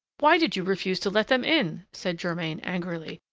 why did you refuse to let them in? said germain angrily.